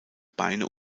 beine